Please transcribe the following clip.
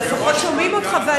אבל לפחות שומעים אותך,